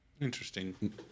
Interesting